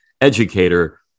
educator